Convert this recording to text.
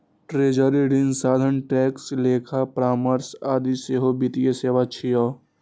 treasury, ऋण साधन, tax, लेखा परामर्श आदि सेहो वित्तीय सेवा छियै